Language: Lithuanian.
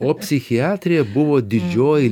o psichiatrija buvo didžioji